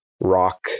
rock